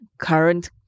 current